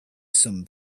some